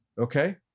Okay